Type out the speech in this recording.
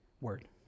word